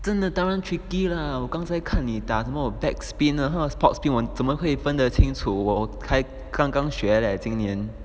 真的当然 tricky lah 我刚才看你打什么 back spin 他的 sports spin lah 我怎么可以分得清楚我刚刚学 leh 今年